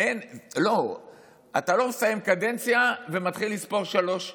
אתה לא מסיים קדנציה ומתחיל לספור שלוש שנים,